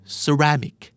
ceramic